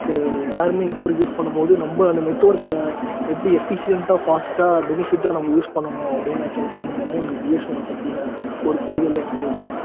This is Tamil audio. ஸோ எல்லோருமே நெட்ஒர்க் யூஸ் பண்ணும்போது நம்ம அந்த நெட்ஒர்க்கை எப்படி எஃபிஷியண்ட்டாக ஃபாஸ்ட்டாக பெனிஃபிட்டாக நம்ம யூஸ் பண்ணணும் அப்படின்னு நான் சேர்ச் பண்ணும்போது தான் எனக்கு பிஎஸ்என்எல்லை பற்றின ஒரு புரிதலே வந்தது